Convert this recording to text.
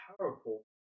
powerful